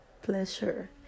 pleasure